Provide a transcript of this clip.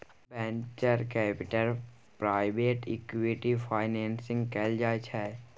venture capital private equity financing कएल जाइ छै